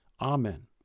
amen